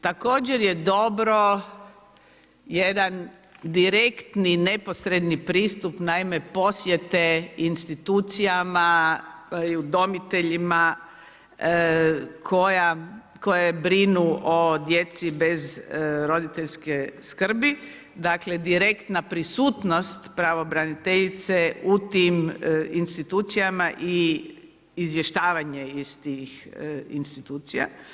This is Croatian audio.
Također je dobar jedan direktni, neposredni pristup naime posjete institucijama i udomiteljima koji brinu o djeci bez roditeljski skrbi, dakle direktna prisutnost pravobraniteljice u tim institucijama i izvještavanje iz tih institucija.